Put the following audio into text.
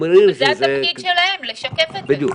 וזה התפקיד שלהם, לשקף את זה.